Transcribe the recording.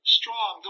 strong